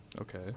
Okay